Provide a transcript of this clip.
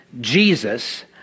Jesus